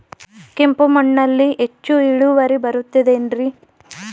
ಕೆಂಪು ಮಣ್ಣಲ್ಲಿ ಹೆಚ್ಚು ಇಳುವರಿ ಬರುತ್ತದೆ ಏನ್ರಿ?